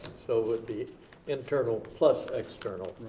so with the internal plus external.